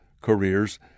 careers